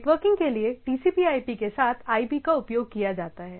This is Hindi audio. नेटवर्किंग के लिए TCPIP के साथ IP का उपयोग किया जाता है